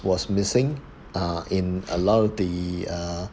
was missing uh in a lot of the uh